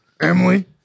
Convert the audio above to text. Emily